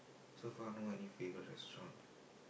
so far no any favourite restaurant